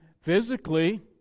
Physically